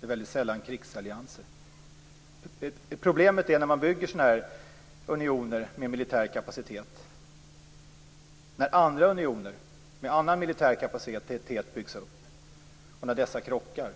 väldigt sällan krigsallianser. Problemen när man bygger unioner med militär kapacitet och när andra unioner med annan militär kapacitet byggs upp kommer när dessa krockar.